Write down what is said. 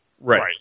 Right